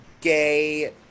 gay